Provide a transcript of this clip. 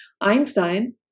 Einstein